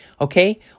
okay